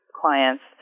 clients